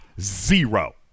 zero